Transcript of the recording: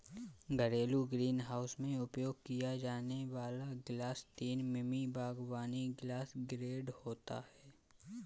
घरेलू ग्रीनहाउस में उपयोग किया जाने वाला ग्लास तीन मिमी बागवानी ग्लास ग्रेड होता है